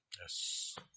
Yes